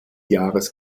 jahres